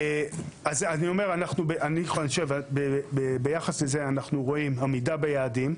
אז אני אומר, ביחס לזה אנחנו רואים עמידה ביעדים.